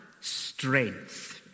strength